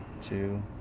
two